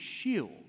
shield